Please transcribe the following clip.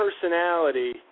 personality